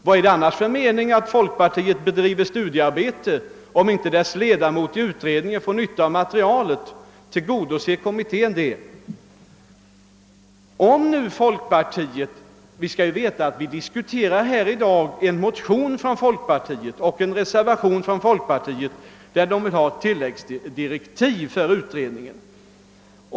Vad är det för mening i att folkpartiet bedriver studiearbete, om inte dess ledamot i utredningen får nytta av materialet och tillgodoser kommittén med det? Vi skall tänka på att vi i dag diskuterar en motion från folkpartiet och en reservation från folkpartiet med önskemål om tilläggsdirektiv för utredningen.